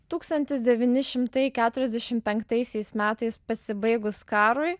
tūkstantis devyni šimtai keturiasdešim penktaisiais metais pasibaigus karui